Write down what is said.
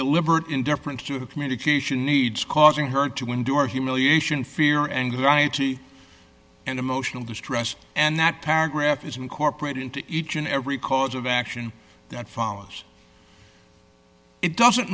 deliberate indifference to communication needs causing her to endure humiliation fear anxiety and emotional distress and that paragraph is incorporated into each and every cause of action that follows it doesn't